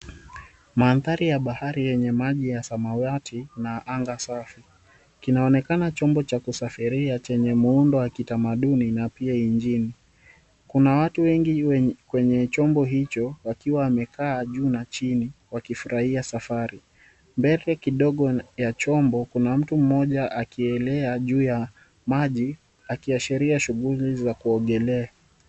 Mandhari ya bahari yenye maji ya samawati, na anga safi. Kinaonekana chombo cha kusafiria chenye muundo wa kitamaduni na pia injini. Kuna watu wengi kwenye chombo hicho wakiwa wamekaa juu na chini, wakifurahia safari. Mbele kidogo ya chombo kuna mtu mmoja akielea juu ya maji, akiashiria shughuli za kuogelea.